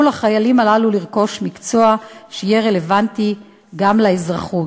לחיילים הללו לרכוש מקצוע שיהיה רלוונטי גם לאזרחות.